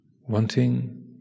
wanting